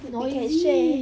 we can share